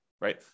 right